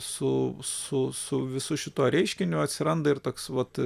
su su su visu šituo reiškiniu atsiranda ir toks vat